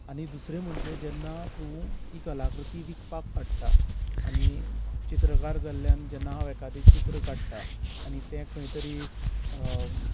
आनी दुसरें म्हणजे जेन्ना तूं ती कलाकृती विकपाक काडटा आनी चित्रकार जाल्ल्यान जेन्ना हांव एकादे चित्र काडटा आनी ते खंय तरी